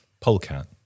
Polecat